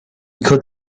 could